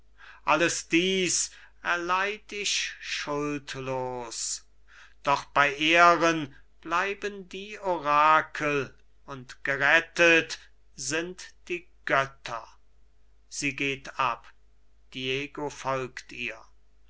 ichs alles dies erleid ich schuldlos doch bei ehren bleiben die orakel und gerettet sind die götter sie geht ab diego folgt ihr